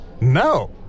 No